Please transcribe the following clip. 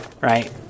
right